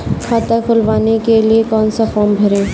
खाता खुलवाने के लिए कौन सा फॉर्म भरें?